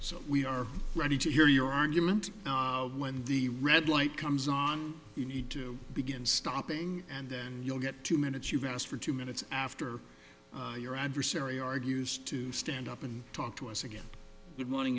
so we are ready to hear your argument when the red light comes on you need to begin stopping and then you'll get two minutes you've asked for two minutes after your adversary argues to stand up and talk to us again